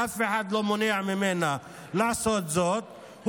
ואף אחד לא מונע ממנה לעשות זאת.